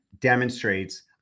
demonstrates